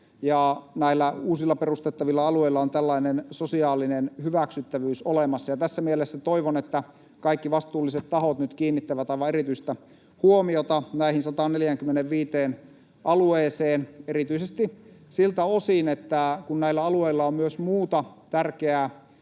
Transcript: näillä uusilla perustettavilla alueilla on tällainen sosiaalinen hyväksyttävyys olemassa. Tässä mielessä toivon, että kaikki vastuulliset tahot nyt kiinnittävät aivan erityistä huomiota näihin 145 alueeseen erityisesti siltä osin, että näillä alueilla on myös muuta tärkeää